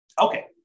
Okay